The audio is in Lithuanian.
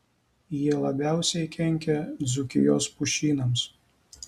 jie labiausiai kenkia dzūkijos pušynams